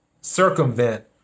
circumvent